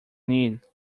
need